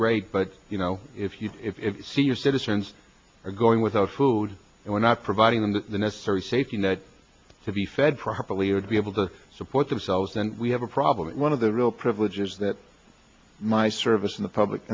great but you know if you see your citizens are going without food and we're not providing them the necessary safety net to be fed properly or to be able to support themselves and we have a problem and one of the real privileges that my service in the public